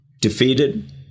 defeated